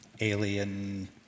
alien